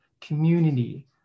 community